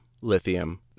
Lithium